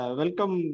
welcome